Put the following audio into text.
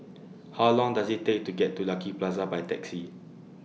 How Long Does IT Take to get to Lucky Plaza By Taxi